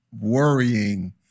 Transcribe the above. worrying